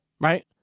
right